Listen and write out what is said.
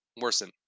worsen